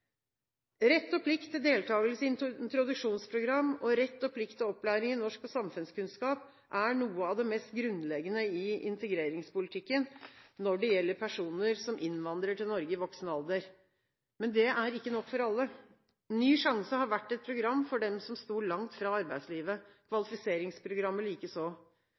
Rett og plikt til deltakelse i introduksjonsprogram og rett og plikt til opplæring i norsk og samfunnskunnskap er noe av det mest grunnleggende i integreringspolitikken når det gjelder personer som innvandrer til Norge i voksen alder. Men det er ikke nok for alle. «Ny sjanse» har vært et program for dem som sto langt fra arbeidslivet, og kvalifiseringsprogrammet likeså. Det sistnevnte er